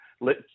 let